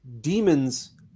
demons